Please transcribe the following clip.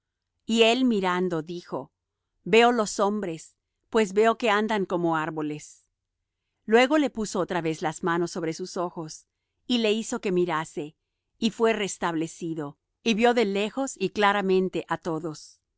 y él mirando dijo veo los hombres pues veo que andan como árboles luego le puso otra vez las manos sobre sus ojos y le hizo que mirase y fué restablecido y vió de lejos y claramente á todos